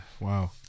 Wow